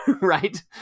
Right